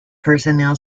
personnel